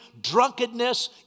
drunkenness